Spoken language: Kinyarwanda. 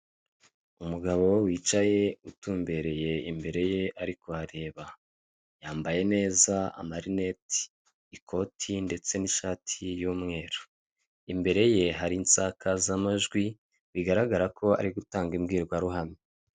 Umugabo wicaye utumbereye imbere ye ari kuhareba yambaye neza amarineti, ikoti ndetse n'ishati y'umweru imbere ye hari insakazamajwi bigaragara ko ari gutanga imbwirwaruhame.